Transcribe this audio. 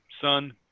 son